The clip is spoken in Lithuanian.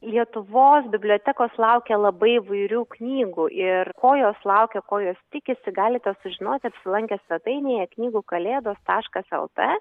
lietuvos bibliotekos laukia labai įvairių knygų ir ko jos laukia ko jos tikisi galite sužinoti apsilankę svetainėje knygų kalėdos taškas el t